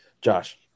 Josh